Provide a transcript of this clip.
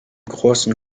großen